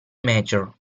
major